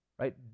Right